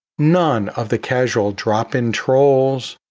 none of the casual drop in trolls,